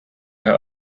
her